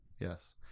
Yes